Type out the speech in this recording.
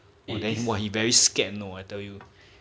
and they what he very scared you know one I tell you